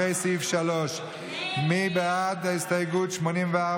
אחרי סעיף 3. מי בעד ההסתייגות 84?